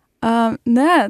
a ne